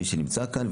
מי שנמצא כאן,